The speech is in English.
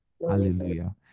Hallelujah